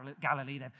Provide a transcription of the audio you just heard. Galilee